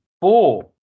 Four